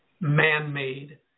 man-made